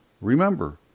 Remember